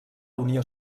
unió